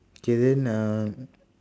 okay then uh